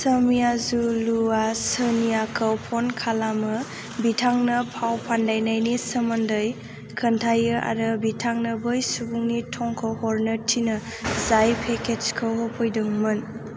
सोमयाजुलुआ सनियाखौ फन खालामो बिथांनो फाव फान्दायनायनि सोमोन्दै खोन्थायो आरो बिथांनो बै सुबुंनि थंखौ हरनो थिनो जाय पेकेजखौ होफैदोंमोन